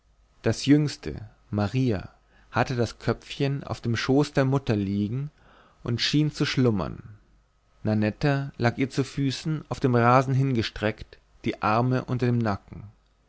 das jüngste maria hatte das köpfchen auf dem schoß der mutter liegen und schien zu schlummern nanetta lag ihr zu füßen auf den rasen hingestreckt die arme unter dem nacken